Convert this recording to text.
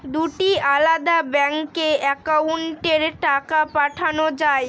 দুটি আলাদা ব্যাংকে অ্যাকাউন্টের টাকা পাঠানো য়ায়?